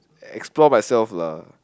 explore myself lah